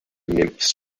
nymphs